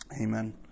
amen